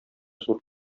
зур